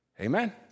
Amen